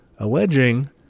alleging